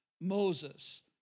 Moses